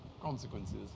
consequences